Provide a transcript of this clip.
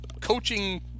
coaching